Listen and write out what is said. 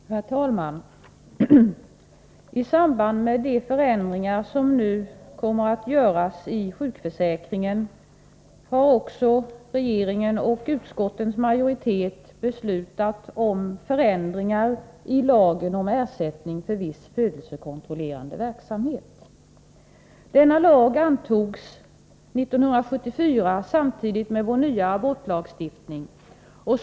Herr talman! I samband med de förändringar som nu kommer att göras i sjukförsäkringen har regeringen och utskottsmajoriteten beslutat om förändringar också i lagen om ersättning för viss födelsekontrollerande verksamhet. Denna lag antogs 1974, samtidigt med vår nya abortlagstiftning.